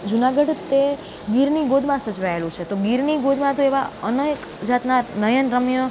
જુનાગઢ તે ગીરની ગોદમાં સચવાયેલું છે તો ગીરની ગોદમાં તો એવાં અનેક જાતનાં નયનરમ્ય